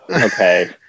Okay